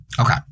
Okay